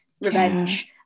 revenge